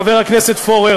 חבר הכנסת פורר,